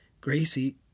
Gracie